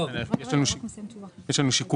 יש לנו שיקול